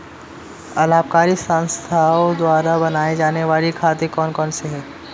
अलाभकारी संस्थाओं द्वारा बनाए जाने वाले खाते कौन कौनसे हैं?